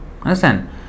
Understand